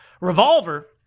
Revolver